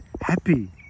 happy